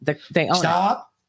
Stop